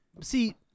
See